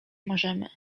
możemy